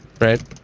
Right